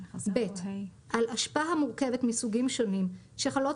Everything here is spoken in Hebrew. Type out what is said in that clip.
(ב) על אשפה המורכבת מסוגים שונים שחלות